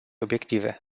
obiective